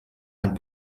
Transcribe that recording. ein